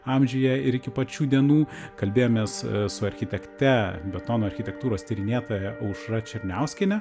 amžiuje ir iki pat šių dienų kalbėjomės su architekte betono architektūros tyrinėtoja aušra černiauskiene